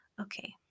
Okay